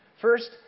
First